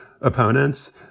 opponents